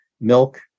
milk